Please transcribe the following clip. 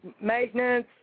maintenance